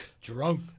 drunk